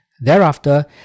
Thereafter